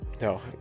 No